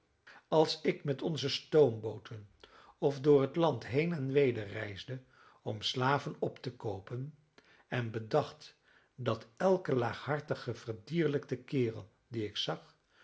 als ik met onze stoombooten of door het land heen en weder reisde om slaven op te koopen en bedacht dat elken laaghartigen verdierlijkten kerel dien ik zag